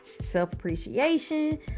self-appreciation